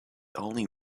only